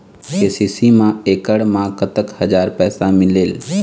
KCC मा एकड़ मा कतक हजार पैसा मिलेल?